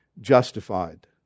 justified